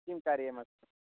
किं कार्यम् अस्ति